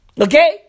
Okay